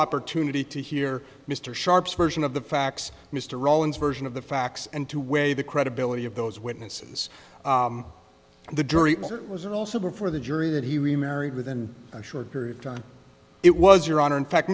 opportunity to hear mr sharpe's version of the facts mr rowlands version of the facts and to weigh the credibility of those witnesses the jury was also before the jury and he remarried within a short period of time it was your honor in fact